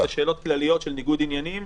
ואלה שאלות כלליות של ניגוד עניינים.